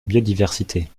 biodiversité